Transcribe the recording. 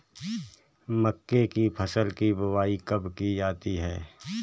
मक्के की फसल की बुआई कब की जाती है?